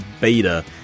Beta